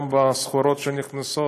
גם בסחורות שנכנסות,